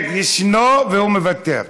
כן, ישנו והוא מוותר,